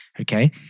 Okay